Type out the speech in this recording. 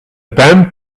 band